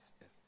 yes